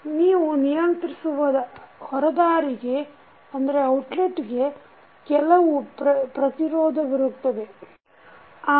ನೀವು ನಿಯಂತ್ರಿಸುವ ಹೊರದಾರಿಗೆ ಕೆಲವು ಪ್ರತಿರೋಧವಿರುತ್ತದೆ R